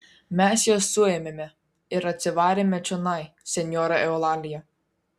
mes juos suėmėme ir atsivarėme čionai senjora eulalija